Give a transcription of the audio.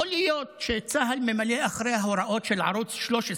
יכול להיות שצה"ל ממלא אחר הוראות של ערוץ 13: